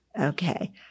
Okay